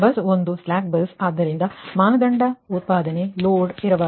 bus 1 slack bus ಆದ್ದರಿಂದ ಮಾನದಂಡ ಉತ್ಪಾದನೆ ಲೋಡ್ ವಿರಬಾರದು